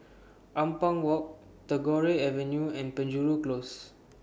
Ampang Walk Tagore Avenue and Penjuru Close